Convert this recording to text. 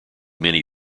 many